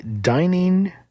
dining